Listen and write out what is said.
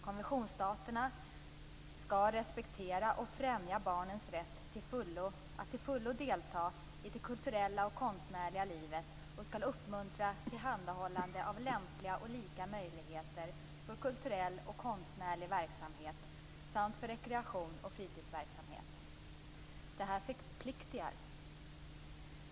Konventionsstaterna skall respektera och främja barnens rätt att till fullo delta i det kulturella och konstnärliga livet och skall uppmuntra tillhandahållande av lämpliga och lika möjligheter för kulturell och konstnärlig verksamhet samt för rekreation och fritidsverksamhet. Detta förpliktar!